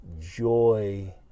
joy